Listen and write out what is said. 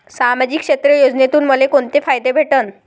सामाजिक क्षेत्र योजनेतून मले कोंते फायदे भेटन?